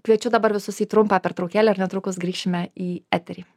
kviečiu dabar visus į trumpą pertraukėlę ir netrukus grįšime į eterį